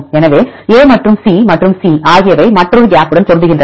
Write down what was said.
எனவே A மற்றும் C மற்றும் C ஆகியவை மற்றொரு கேப்யுடன் பொருந்துகின்றன